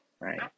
right